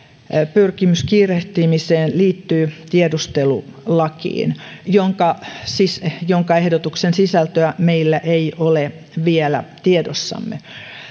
pyrkimys kiirehtimiseen liittyy tiedustelulakiin jonka ehdotuksen sisältöä meillä ei ole vielä tiedossamme